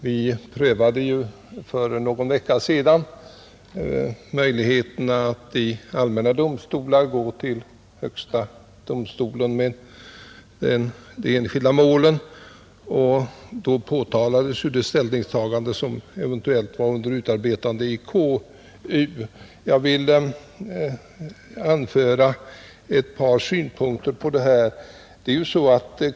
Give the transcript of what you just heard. Vi prövade ju för någon vecka sedan möjligheterna att i allmänna domstolar gå till högsta domstolen med de enskilda målen, och då påtalades det ställningstagande som eventuellt var under utarbetande i KU. Jag vill anföra ett par synpunkter på detta.